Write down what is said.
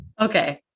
okay